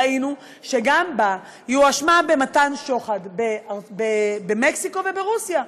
ראינו שגם היא הואשמה במתן שוחד במקסיקו וברוסיה,